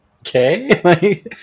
okay